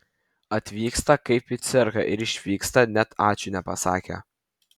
atvyksta kaip į cirką ir išvyksta net ačiū nepasakę